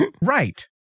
Right